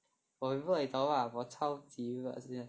我很热你懂吗我超级热现在